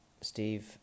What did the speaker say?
Steve